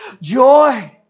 Joy